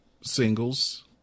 singles